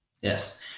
Yes